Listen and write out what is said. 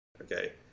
okay